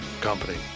Company